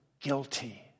guilty